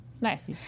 Nice